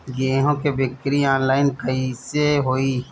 गेहूं के बिक्री आनलाइन कइसे होई?